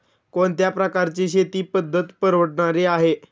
कोणत्या प्रकारची शेती पद्धत परवडणारी आहे?